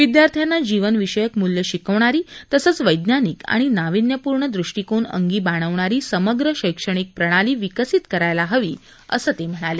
विद्यार्थ्यांना जीवनविषयक मूल्य शिकवणारी तसंच वैज्ञानिक आणि नावीन्यपूर्ण दृष्टीकोन अंगी बाणवणारी समग्र शैक्षणिक प्रणाली विकसित करायला हवी असं ते म्हणाले